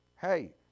hey